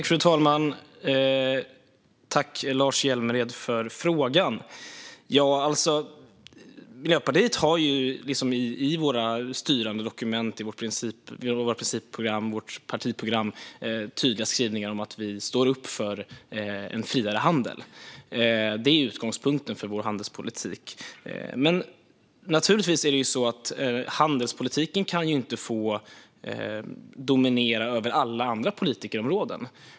Fru talman! Tack, Lars Hjälmered, för frågan! Vi i Miljöpartiet har i våra styrande dokument, våra principprogram och vårt partiprogram tydliga skrivningar om att vi står upp för en friare handel. Det är utgångspunkten för vår handelspolitik. Men handelspolitiken kan naturligtvis inte få dominera över alla andra politikområden.